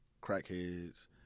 crackheads